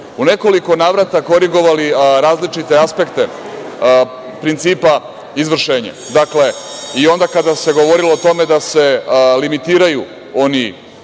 u nekoliko navrata korigovali različite aspekte principa izvršenja. Dakle, i onda kada se govorilo o tome da se limitiraju oni